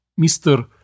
Mr